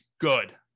good